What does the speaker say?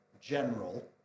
general